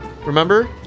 Remember